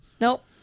Nope